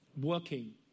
working